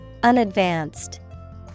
Unadvanced